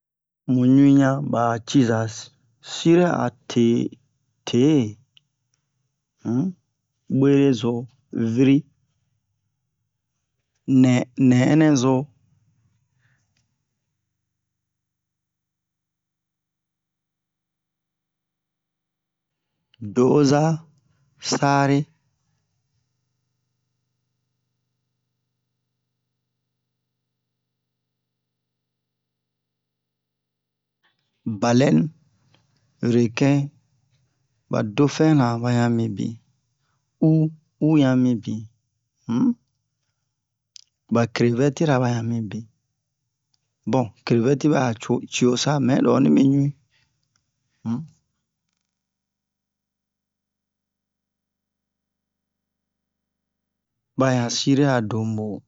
Mu ɲi'in ɲan ɓa ciza sire a te'e te'e um ɓurezo viri nɛ- nɛ'ɛnzo do'ozo sare balɛni rekɛn ɓa dofɛn-na ɓa ɲan mibin u u ɲan mibin um ɓa krevɛtira ɓa ɲan mibin bon krevɛti ɓɛ a co ciyo sa mɛ lo oni mi ɲu'in ɓa um ɲan sire a donbo'o